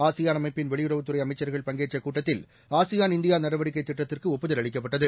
ASEAN அமைப்பின் வெளியுறவுத்துறை அமைச்சர்கள் பங்கேற்ற கூட்டத்தில் ஆசியான் இந்தியா நடவடிக்கை திட்டத்திற்கு ஒப்புதல் அளிக்கப்பட்டது